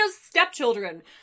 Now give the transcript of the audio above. Stepchildren